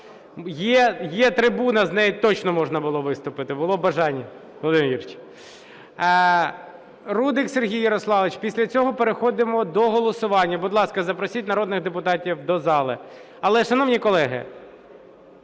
Є трибуна, з неї точно можна було виступити, було б бажання, Володимир Юрійович. Рудик Сергій Ярославович. Після цього переходимо до голосування, будь ласка, запросіть народних депутатів до зали. Але, шановні колеги,